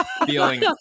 feeling